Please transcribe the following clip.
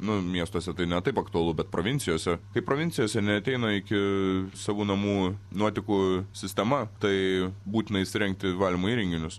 nu miestuose tai ne taip aktualu bet provincijose kai provincijose neateina iki savo namų nuotekų sistema tai būtina įsirengti valymo įrenginius